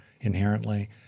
inherently